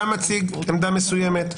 אתה מציג עמדה מסוימת,